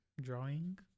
Drawing